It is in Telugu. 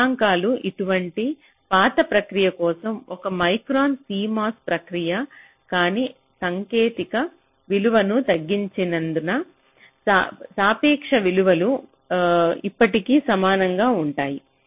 ఈ గణాంకాలు అటువంటి పాత ప్రక్రియ కోసం ఒక మైక్రాన్ CMOS ప్రక్రియ కానీ సాంకేతికత విలువలను తగ్గించినందున సాపేక్ష విలువలు ఇప్పటికీ సమానంగా ఉంటాయి